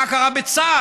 מה קרה בצה"ל,